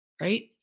right